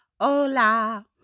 hola